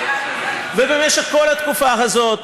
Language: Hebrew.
במשך כל התקופה הזאת,